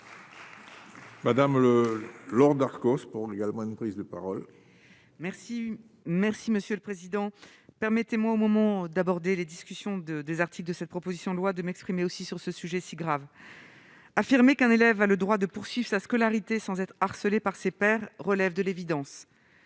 Madame Le Laure Darcos pour une prise de parole. Merci, merci Monsieur le Président, permettez-moi, au moment d'aborder les discussions de des articles de cette proposition de loi de m'exprimer aussi sur ce sujet si grave affirmé qu'un élève a le droit de poursuive sa scolarité sans être harcelé par ses pairs, relève de l'évidence